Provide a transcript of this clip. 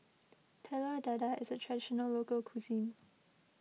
Telur Dadah is a Traditional Local Cuisine